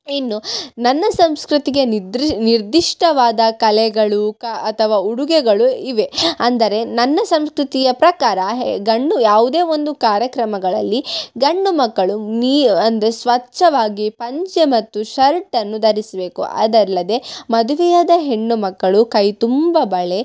ಇನ್ನು ನನ್ನ ಸಂಸ್ಕೃತಿಗೆ ನಿದ್ರಿ ನಿರ್ದಿಷ್ಟವಾದ ಕಲೆಗಳು ಕಾ ಅಥವಾ ಉಡುಗೆಗಳು ಇವೆ ಅಂದರೆ ನನ್ನ ಸಂಸ್ಕೃತಿಯ ಪ್ರಕಾರ ಹೆ ಗಂಡು ಯಾವುದೇ ಒಂದು ಕಾರ್ಯಕ್ರಮಗಳಲ್ಲಿ ಗಂಡುಮಕ್ಕಳು ನೀ ಅಂದರೆ ಸ್ವಚ್ಛವಾಗಿ ಪಂಚೆ ಮತ್ತು ಶರ್ಟನ್ನು ಧರಿಸಬೇಕು ಅದಲ್ಲದೆ ಮದುವೆಯಾದ ಹೆಣ್ಣುಮಕ್ಕಳು ಕೈ ತುಂಬ ಬಳೆ